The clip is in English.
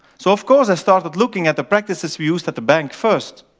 so of course i started looking at the practices we used at the bank first,